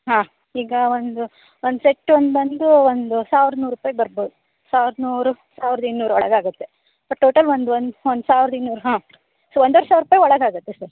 ಹಾಂ ಈಗ ಒಂದು ಒಂದು ಸೆಟ್ ಒಂದು ಬಂದು ಒಂದು ಸಾವಿರದ ನೂರು ರೂಪಾಯಿ ಬರ್ಬೋದು ಸಾವಿರದ ನೂರು ಸಾವಿರದ ಇನ್ನೂರ ಒಳಗೆ ಆಗುತ್ತೆ ಬಟ್ ಟೋಟಲ್ ಒಂದು ಒಂದು ಒಂದು ಸಾವಿರದ ಇನ್ನೂರು ಹಾಂ ಸೊ ಒಂದುವರೆ ಸಾವಿರ ರೂಪಾಯಿ ಒಳಗೆ ಆಗುತ್ತೆ ಸರ್